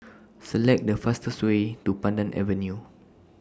Select The fastest Way to Pandan Avenue